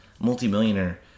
multi-millionaire